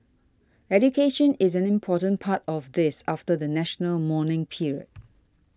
education is an important part of this after the national mourning period